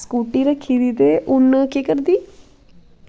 scooty रक्खी दी ते उन्न केह् करदी